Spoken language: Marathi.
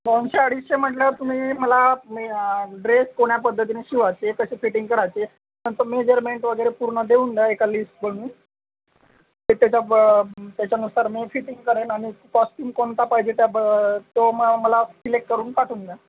दोनशे अडीचशे म्हटल्यावर तुम्ही मला मी ड्रेस कुण्या पद्धतीने शिवायचे कशी फिटिंग करायची त्यांचं मेजरमेंट वगेरे पूर्ण देऊन द्या एक लिष्ट बनवून एक त्याचा त्याच्यानुसार मी फिटिंग करेन आणि कॉश्च्युम कोणता पाहिजे त्या बं तो मग मला सिलेक्ट करून पाठवून द्या